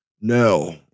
No